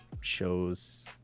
shows